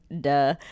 duh